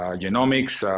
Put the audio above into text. um genomics,